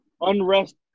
unrest